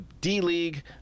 D-League